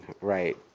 right